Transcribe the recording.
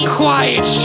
quiet